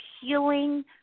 healing